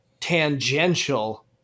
tangential